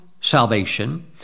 salvation